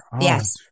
Yes